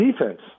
defense